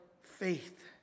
faith